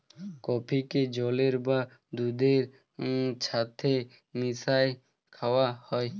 কফিকে জলের বা দুহুদের ছাথে মিশাঁয় খাউয়া হ্যয়